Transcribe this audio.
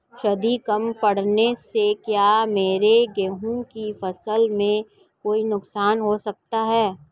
सर्दी कम पड़ने से क्या मेरे गेहूँ की फसल में कोई नुकसान हो सकता है?